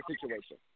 situation